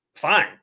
fine